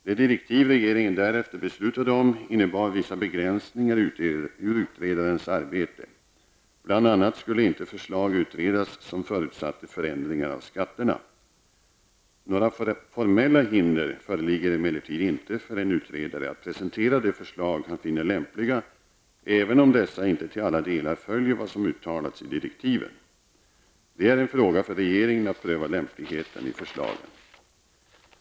De direktiv regeringen därefter beslutade om innebar vissa begränsningar i utredarens arbete, bl.a. skulle inte förslag utredas som förutsatte förändringar av skatterna. Några formella hinder föreligger emellertid inte för en utredare att presentera de förslag han finner lämpliga även om dessa inte till alla delar följer vad som uttalats i direktiven. Det är en fråga för regeringen att pröva lämpligheten i förslagen.